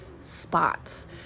spots